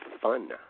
fun